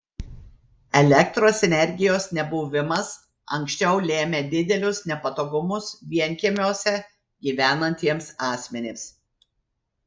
elektros energijos nebuvimas anksčiau lėmė didelius nepatogumus vienkiemiuose gyvenantiems asmenims